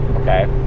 okay